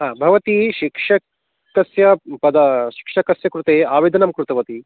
हा भवती शिक्षकस्य पदं शिक्षकस्य कृते आवेदनं कृतवती